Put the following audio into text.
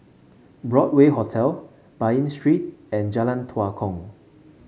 Broadway Hotel Bain Street and Jalan Tua Kong